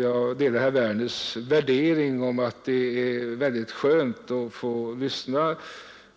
Jag delar herr Werners i Tyresö värdering att det är väldigt skönt att få lyssna till henne.